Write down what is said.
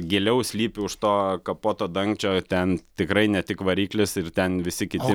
giliau slypi už to kapoto dangčio ten tikrai ne tik variklis ir ten visi kiti